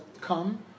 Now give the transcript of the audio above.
come